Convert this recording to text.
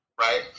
right